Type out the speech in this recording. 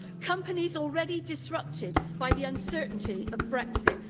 companies already disrupted by the uncertainty of brexit,